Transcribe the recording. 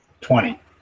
twenty